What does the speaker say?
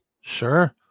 Sure